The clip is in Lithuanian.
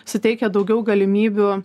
suteikia daugiau galimybių